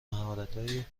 مهارتهای